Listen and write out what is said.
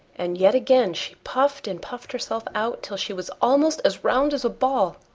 and yet again she puffed and puffed herself out till she was almost as round as a ball.